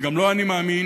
וגם לו אני מאמין,